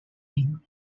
name